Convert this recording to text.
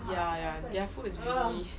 ya ya their food is really